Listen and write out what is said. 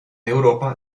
europa